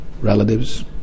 relatives